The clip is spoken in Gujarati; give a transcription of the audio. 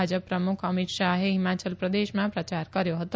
ભાજપ પ્રમુખ અમીત શાહે હીમાચલ પ્રદેશમાં પ્રચાર કર્યો હતો